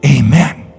Amen